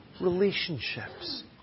relationships